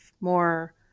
more